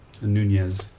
Nunez